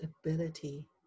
ability